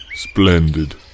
Splendid